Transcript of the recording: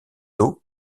d’eau